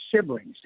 siblings